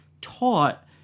taught